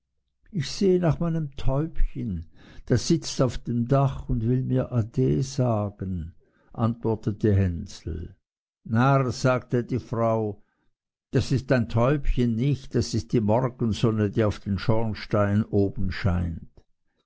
ich sehe nach meinem täubchen das sitzt auf dem dache und will mir ade sagen antwortete hänsel narr sagte die frau das ist dein täubchen nicht das ist die morgensonne die auf den schornstein oben scheint